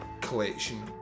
collection